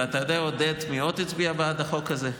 ואתה יודע, עודד, מי עוד הצביע בעד החוק הזה?